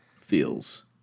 feels